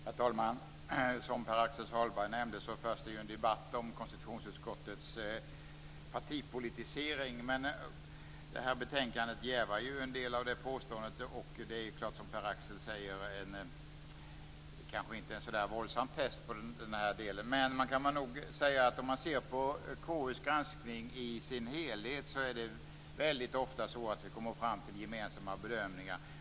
Herr talman! Som Pär Axel Sahlberg nämnde förs det en debatt om konstitutionsutskottets partipolitisering. Det här betänkandet jävar ju en del av det påståendet, och det är klart, som Pär Axel säger, att det kanske inte är ett så våldsamt test i den delen. Ser man på KU:s granskning i dess helhet kan man nog säga att det väldigt ofta är så att vi kommer fram till gemensamma bedömningar.